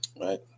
right